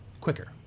quicker